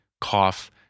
cough